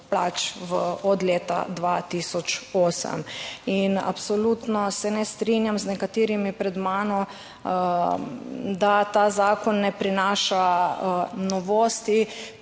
plač od leta 2008 in absolutno se ne strinjam z nekaterimi pred mano, da ta zakon ne prinaša novosti,